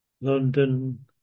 London